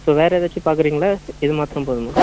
so வேறு ஏதாச்சும் பார்க்குறிங்களா இது மற்றுரும் போதுமா